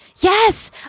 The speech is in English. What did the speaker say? yes